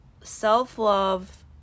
self-love